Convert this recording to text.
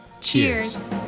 Cheers